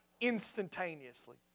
instantaneously